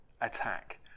attack